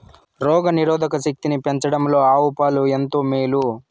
రోగ నిరోధక శక్తిని పెంచడంలో ఆవు పాలు ఎంతో మేలు